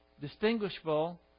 distinguishable